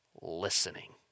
listening